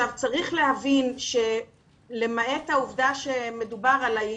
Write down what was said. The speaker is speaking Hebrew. צריך להבין שלמעט העובדה שמדובר על אם